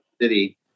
city